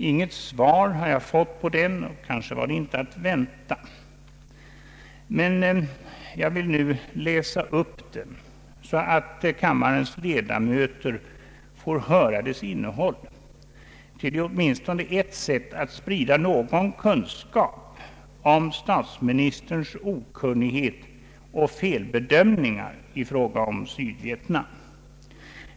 Inget svar har jag fått på den, och kanske var det inte att vänta, men jag vill nu läsa upp den så att kammarens ledamöter får höra dess innehåll. Det är åtminstone ett sätt att sprida någon kunskap om <statsministerns okunnighet och felbedömningar i fråga om Sydvietnam.